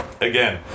Again